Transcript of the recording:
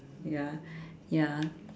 ya ya